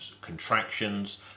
contractions